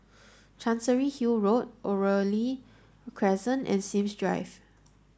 Chancery Hill Road Oriole Crescent and Sims Drive